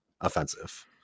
offensive